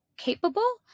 capable